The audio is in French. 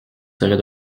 serais